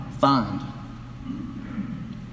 find